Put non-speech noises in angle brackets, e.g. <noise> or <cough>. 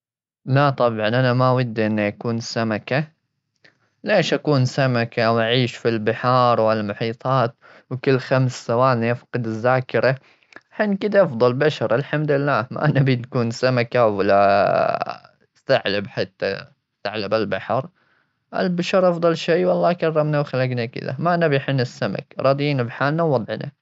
لا طبعا، أنا ما ودي إني أكون سمكة. ليش أكون سمكة وأعيش في البحار والمحيطات؟ وكل خمس ثواني أفقد الذاكرة؟ حن كذا أفضل بشر، الحمد لله. ما نبي نكون سمكة ولا <hesitation> ثعلب حتى-ثعلب البحر، البشر أفضل شيء. والله كرمنا وخلقنا كذا. ما نبي حنا السمك، راضيين بحالنا ووضعنا.